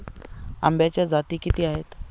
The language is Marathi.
आंब्याच्या जाती किती आहेत?